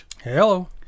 Hello